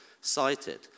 cited